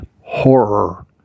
horror